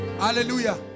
Hallelujah